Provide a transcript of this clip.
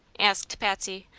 asked patsy,